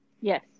Yes